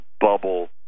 bubble